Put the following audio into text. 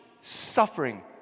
suffering